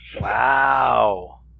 Wow